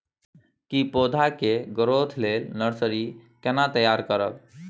की पौधा के ग्रोथ लेल नर्सरी केना तैयार करब?